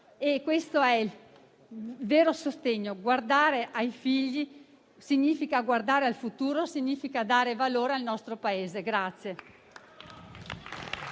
e questo è il vero sostegno: guardare ai figli significa guardare al futuro e dare valore al nostro Paese.